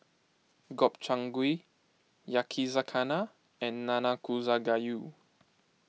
Gobchang Gui Yakizakana and Nanakusa Gayu